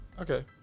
Okay